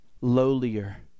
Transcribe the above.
lowlier